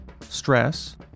stress